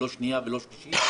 לא שנייה ולא שלישית,